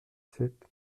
sept